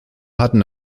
hatten